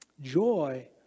joy